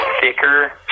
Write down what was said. thicker